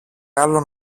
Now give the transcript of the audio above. άλλον